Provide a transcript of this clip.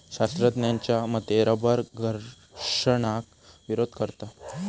शास्त्रज्ञांच्या मते रबर घर्षणाक विरोध करता